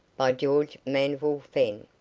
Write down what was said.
by george manville fenn.